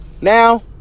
Now